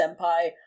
Senpai